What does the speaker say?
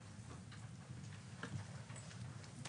בבקשה.